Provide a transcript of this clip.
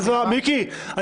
מיקי זוהר.